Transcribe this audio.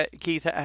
Keith